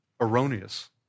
erroneous